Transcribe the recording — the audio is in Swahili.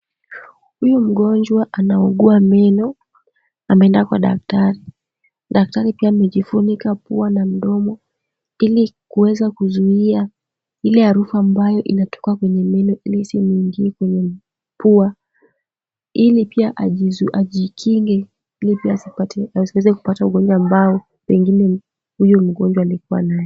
Huyu mgonjwa anaugua meno, ameenda kwa daktari. Daktari pia amejifunika pua na mdomo ili kuweza kuzuia ile harufu ambayo inatoka kwenye meno ili isimuingie kwenye pua, ili pia ajikinge ili pia asiweze kupata ugonjwa ambao pengine huyu mgonjwa alikuwa nao.